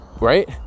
right